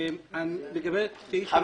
לגבי סעיף --- מה זה?